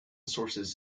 sources